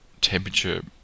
temperature